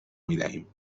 میدهیم